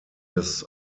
des